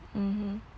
mmhmm